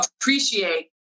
appreciate